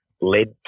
led